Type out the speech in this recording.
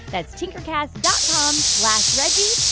that's tinkercast dot com slash reggie.